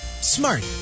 smart